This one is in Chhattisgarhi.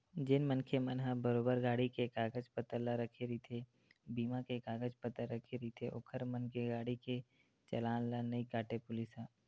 जेन मनखे मन ह बरोबर गाड़ी के कागज पतर ला रखे रहिथे बीमा के कागज पतर रखे रहिथे ओखर मन के गाड़ी के चलान ला नइ काटय पुलिस ह